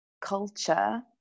culture